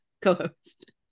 co-host